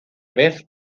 vez